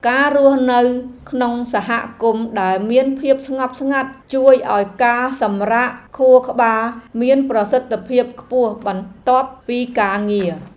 ការរស់នៅក្នុងសហគមន៍ដែលមានភាពស្ងប់ស្ងាត់ជួយឱ្យការសម្រាកខួរក្បាលមានប្រសិទ្ធភាពខ្ពស់បន្ទាប់ពីការងារ។